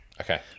Okay